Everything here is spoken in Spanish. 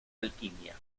alquimia